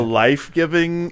life-giving